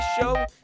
show